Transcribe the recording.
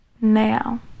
Now